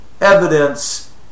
evidence